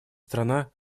страна